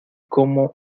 como